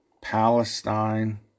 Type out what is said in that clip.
Palestine